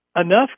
Enough